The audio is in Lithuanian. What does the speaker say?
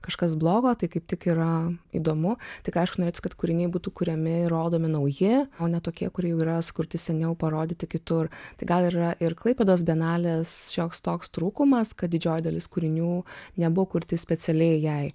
kažkas blogo tai kaip tik yra įdomu tik aišku norėtųsi kad kūriniai būtų kuriami ir rodomi nauji o ne tokie kurie yra sukurti seniau parodyti kitur tai gal yra ir klaipėdos bienalės šioks toks trūkumas kad didžioji dalis kūrinių nebuvo kurti specialiai jai